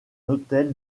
hôtel